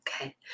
Okay